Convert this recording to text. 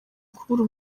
kubura